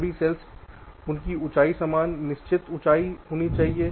सभी सेल्स उनकी ऊँचाई समान निश्चित ऊँचाई होनी चाहिए